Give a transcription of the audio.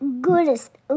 goodest